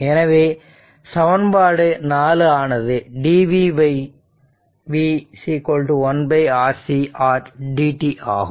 எனவே சமன்பாடு 4 ஆனது dvv 1RC dt ஆகும்